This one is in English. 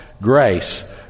grace